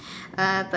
uh